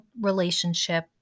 relationship